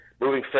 moving